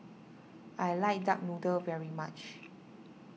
I like Duck Noodle very much